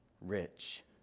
rich